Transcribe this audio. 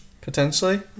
Potentially